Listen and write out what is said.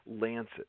Lancet